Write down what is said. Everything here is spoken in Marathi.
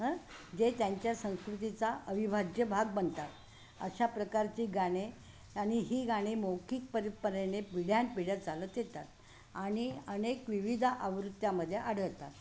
हं जे त्यांच्या संस्कृतीचा अविभाज्य भाग बनतात अशा प्रकारची गाणे आणि ही गाणी मौखिक परंपरेने पिढ्यानपिढ्या चालत येतात आणि अनेक विविध आवृत्त्यामध्ये आढळतात